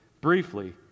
briefly